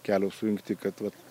kelio sujungti kad vat